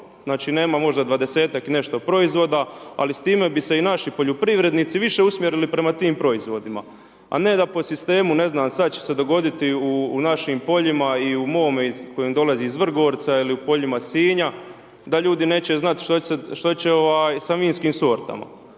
puno, nema možda 20-tak i nešto proizvoda, ali s time bi se i naši poljoprivrednici, više usmjerili prema tim proizvodima. A ne da po sistemu, ne znam sada će se dogoditi u našim poljima i u mome koji dolazi iz Vrgorca ili u poljima Sinja, da ljudi neće znati, što će sa vinskim sortama,